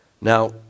Now